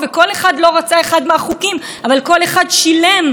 מסוימת כדי שהשאר יתמכו בהצעת חוק שלו.